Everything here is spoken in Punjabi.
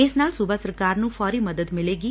ਇਸ ਨਾਲ ਸੂਬਾ ਸਰਕਾਰ ਨੂੰ ਫੌਰੀ ਮਦਦ ਮਿਲੇਗੀ